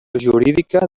jurídica